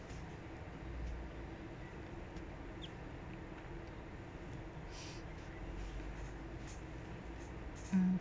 mm